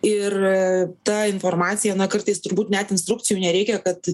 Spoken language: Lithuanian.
ir ta informacija na kartais turbūt net instrukcijų nereikia kad